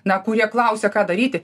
na kurie klausia ką daryti